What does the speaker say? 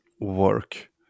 work